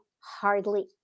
hardly